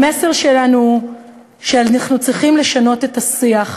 המסר שלנו הוא שאנחנו צריכים לשנות את השיח.